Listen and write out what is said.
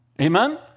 amen